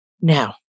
Now